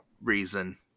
reason